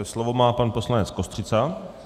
Slovo má pan poslanec Kostřica.